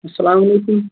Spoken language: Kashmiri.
اَلسلامُ علیکُم